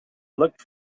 looked